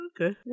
Okay